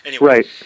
Right